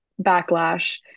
backlash